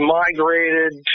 migrated